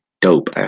dope